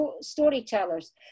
storytellers